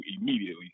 immediately